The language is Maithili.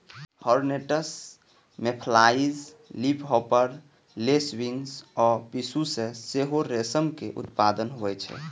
हौर्नेट्स, मेफ्लाइज, लीफहॉपर, लेसविंग्स आ पिस्सू सं सेहो रेशमक उत्पादन होइ छै